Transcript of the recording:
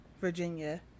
Virginia